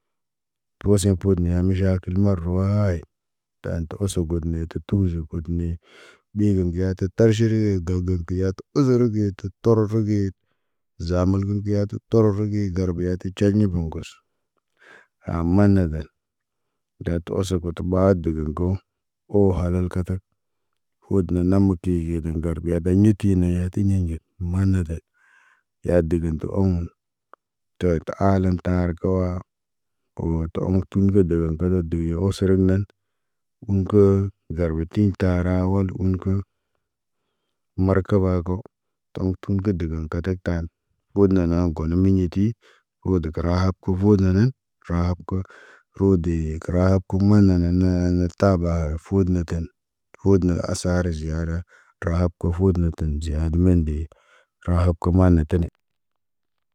Posiɲ pot niya miʃakil marwaayit. Taan tə usu got ne te tuzu kut ne. Ɓe gə ŋgiyatu tarʃire gag gag yatu, əzeru ge, tə torər ge. Zaaməl gən gə ya tu tororu ge garba yatu coyni boŋgos. Haman na gal, da tu oso kutu ɓa dəgən kə wo. Wo halal katak, wo dənə nama kiɲi ŋgar dan biya ba ɲit, tiye ne ɲenɟet manda gat. Ya dəgən tə omo. Tə ta aalan tar kuwa. Woo tə om kiɲ kə dəgə kə dəgə yo əsərən nan. Um kəə, garbatiɲ tarawal un ko. Markaba kaw, tom tun kə dəgən katak taan. God na na, gono miɲeti. Wodə kəra hab kə vo na nan, tərə hab kaw. Rodee kərəhab kə monananee hana taaba fərod ne ten. Rood na asara ziyada. Tərahab ko foot na ten ziya had mende. Tərahab kə mane tene.